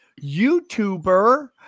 YouTuber